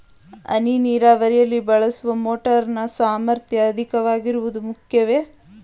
ಹನಿ ನೀರಾವರಿಯಲ್ಲಿ ಬಳಸುವ ಮೋಟಾರ್ ನ ಸಾಮರ್ಥ್ಯ ಅಧಿಕವಾಗಿರುವುದು ಮುಖ್ಯವೇ?